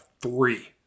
three